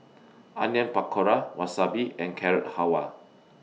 Onion Pakora Wasabi and Carrot Halwa